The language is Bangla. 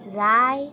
রায়